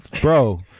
bro